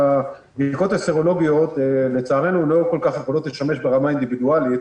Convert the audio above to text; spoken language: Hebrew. הבדיקות הסרולוגיות לצערנו לא כל כך יכולות לשמש ברמה האינדיבידואלית